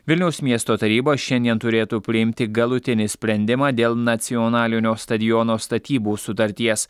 vilniaus miesto taryba šiandien turėtų priimti galutinį sprendimą dėl nacionalinio stadiono statybų sutarties